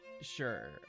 Sure